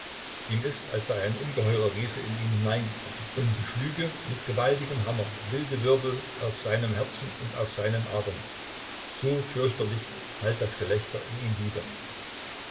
ihm ist als sei ein ungeheurer riese in ihn hineingekrochen und schlüge mit gewaltigem hammer wilde wirbel auf seinem herzen und auf seinen adern so fürchterlich hallt das gelächter in ihm wider